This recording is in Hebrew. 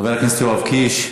חבר הכנסת יואב קיש,